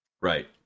right